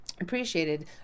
appreciated